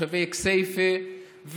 תושבי כסייפה,